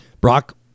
Brock